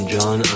John